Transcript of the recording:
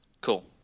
Cool